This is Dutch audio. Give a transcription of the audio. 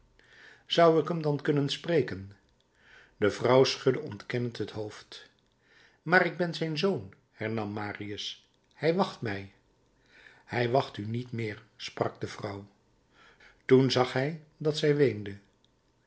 zou ik hem dan kunnen spreken de vrouw schudde ontkennend het hoofd maar ik ben zijn zoon hernam marius hij wacht mij hij wacht u niet meer sprak de vrouw toen zag hij dat zij weende